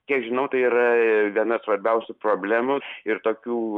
kiek žinau tai yra viena svarbiausių problemos ir tokių